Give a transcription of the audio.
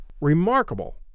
Remarkable